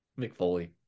mcfoley